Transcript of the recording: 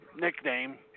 nickname